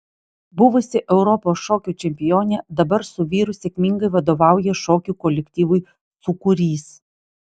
buvusi europos šokių čempionė dabar su vyru sėkmingai vadovauja šokių kolektyvui sūkurys